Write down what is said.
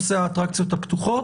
ייכלל נושא האטרקציות הפתוחות.